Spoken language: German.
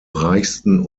reichsten